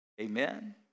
Amen